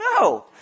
No